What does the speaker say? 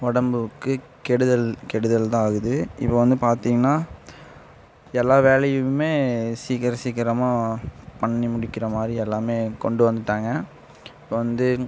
உடம்புக்கு கெடுதல் கெடுதல்தான் ஆகுது இப்போது வந்து பார்த்தீங்கன்னா எல்லா வேலையுமே சீக்கிர சீக்கிரமாக பண்ணி முடிக்கிற மாதிரி எல்லாமே கொண்டு வந்துட்டாங்க இப்போது வந்து